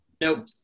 Nope